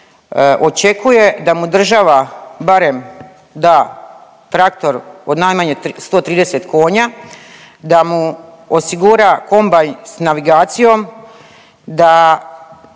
očekuje da mu država barem da traktor od najmanje 130 konja, da mu osigura kombajn s navigacijom, da